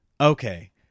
Okay